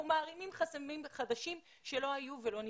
מערימים חסמים חדשים שלא היו ולא נבראו.